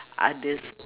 others